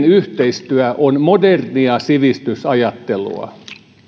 yhteistyö on modernia sivistysajattelua